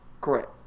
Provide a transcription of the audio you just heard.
correct